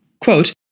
Quote